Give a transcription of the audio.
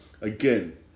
Again